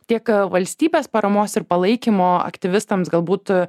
tiek valstybės paramos ir palaikymo aktyvistams galbūt